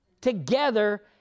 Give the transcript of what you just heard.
together